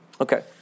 Okay